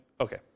Okay